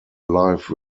life